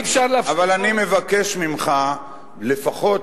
אבל אני מבקש ממך לפחות